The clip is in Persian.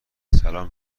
سلام